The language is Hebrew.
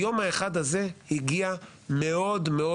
היום האחד הזה הגיע מהר מאוד.